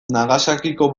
nagasakiko